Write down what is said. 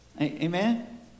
Amen